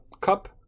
cup